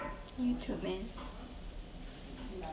you too man